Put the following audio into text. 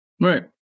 right